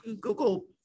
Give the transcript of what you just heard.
Google